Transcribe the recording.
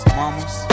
mamas